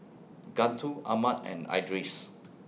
Guntur Ahmad and Idris